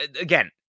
again